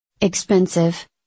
expensive